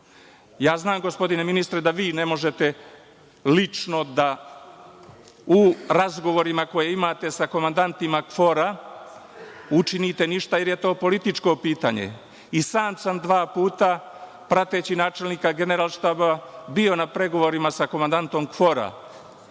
znam, gospodine ministre, da vi ne možete lično da u razgovorima koje imate sa komandantima KFOR-a, učinite ništa jer je to političko pitanje. I sam sam dva puta prateći načelnika Generalštaba bio na pregovorima sa komandantom KFOR-a.